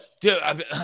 dude